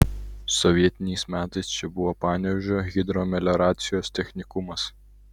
sovietiniais metais čia buvo panevėžio hidromelioracijos technikumas